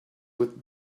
with